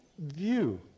view